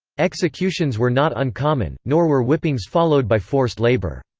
executions were not uncommon, nor were whippings followed by forced labour.